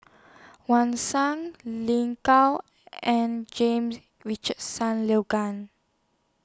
Wang Shang Lin Gao and James Richardson Logan